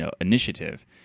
initiative